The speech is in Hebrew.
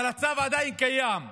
אבל הצו עדיין קיים,